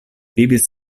vivis